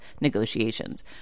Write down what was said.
negotiations